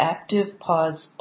ActivePause